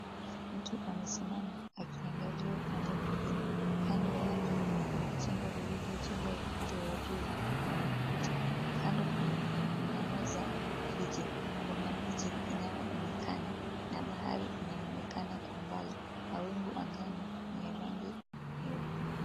Mtu amesimama akiangalia upande mwingine. Kando yake mna jengo lililojengwa upande wa juu na makuti, kando pia mna meza na viti. Kuna miti inayoonekana na bahari inaonekana kwa mbali. Mawingu angani ya rangi nyeupe.